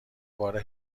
بار